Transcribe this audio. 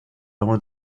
want